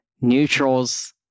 neutrals